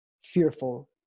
fearful